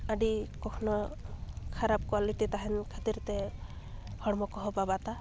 ᱟᱹᱰᱤ ᱠᱚᱠᱷᱚᱱᱚ ᱠᱷᱟᱨᱟᱯ ᱠᱚᱣᱟᱞᱤᱴᱤ ᱛᱟᱦᱮᱱ ᱠᱷᱟᱹᱛᱤᱨᱛᱮ ᱦᱚᱲᱢᱚ ᱠᱚᱦᱚᱸ ᱵᱟᱵᱟᱛᱟ